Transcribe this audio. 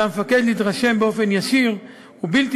על המפקד להתרשם באופן ישיר ובלתי